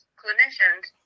clinicians